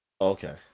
Okay